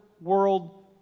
world